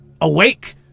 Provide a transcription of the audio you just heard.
awake